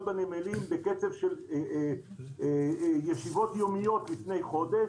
בנמלים בקצב של ישיבות יומיות לפני חודש,